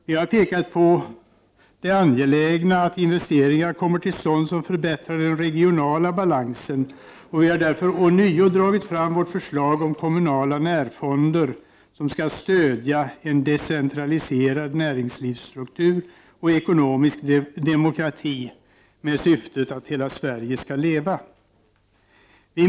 Vi har pekat på det angelägna i att investeringar som förbättrar den regionala balansen kommer till stånd, och därför har vi ånyo dragit fram vårt förslag om kommunala närfonder som skall stödja en decentraliserad näringslivsstruktur och ekonomisk demokrati med syftet att ”hela Sverige skall leva”.